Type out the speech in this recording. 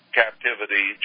captivity